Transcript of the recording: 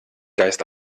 geist